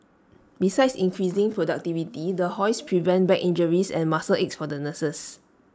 besides increasing productivity the hoists prevent back injuries and muscle aches for the nurses